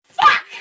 Fuck